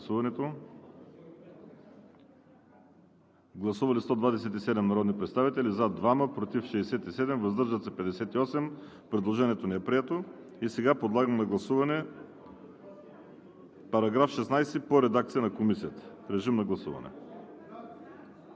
Гласували 127 народни представители: за 2, против 67, въздържали се 58. Предложението не е прието. И сега подлагам на гласуване § 16 по редакцията на Комисията. Гласували